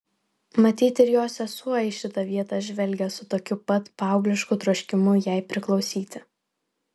matyt ir jos sesuo į šitą vietą žvelgė su tokiu pat paauglišku troškimu jai priklausyti